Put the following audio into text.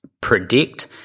predict